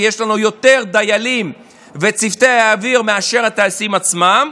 כי יש לנו יותר דיילים וצוותי אוויר מאשר הטייסים עצמם,